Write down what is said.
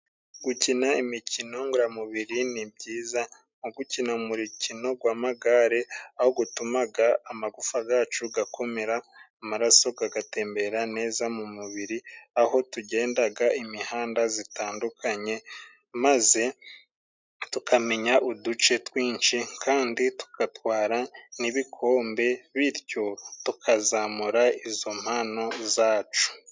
Gukina imikino ngororamubiri ni byiza nko gukina umukino gw'amagare aho gutumaga amagufwa gacu gakomera, amaraso kagatembera neza mu mubiri, aho tugendaga imihanda zitandukanye maze tukamenya uduce twinshi kandi tugatwara n'ibikombe bityo tukazamura izo mpano zacu.